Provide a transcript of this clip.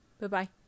Bye-bye